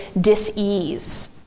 dis-ease